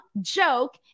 joke